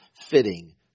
fitting